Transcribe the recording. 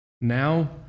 Now